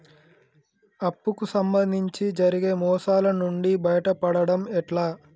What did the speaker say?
అప్పు కు సంబంధించి జరిగే మోసాలు నుండి బయటపడడం ఎట్లా?